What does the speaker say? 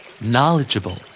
Knowledgeable